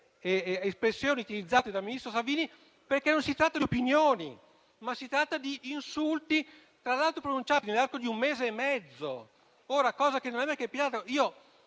le espressioni utilizzate dal ministro Salvini, perché non si tratta di opinioni, ma si tratta di insulti, tra l'altro pronunciati nell'arco di un mese e mezzo, cosa che non era mai capitata.